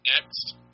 next